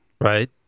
Right